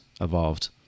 evolved